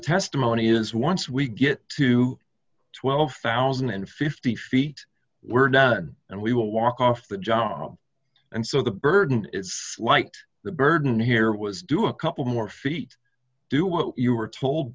testimony is once we get to twelve thousand and fifty feet we're down and we will walk off the job and so the burden is light the burden here was do a couple more feet do what you were told